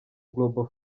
global